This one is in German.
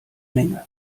menge